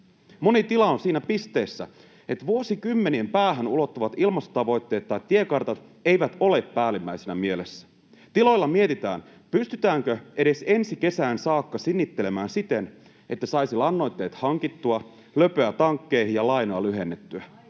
Moni tila on siinä pisteessä, että vuosikymmenien päähän ulottuvat ilmastotavoitteet tai tiekartat eivät ole päällimmäisenä mielessä. Tiloilla mietitään, pystytäänkö edes ensi kesään saakka sinnittelemään siten, että saisi lannoitteet hankittua, löpöä tankkeihin ja lainaa lyhennettyä.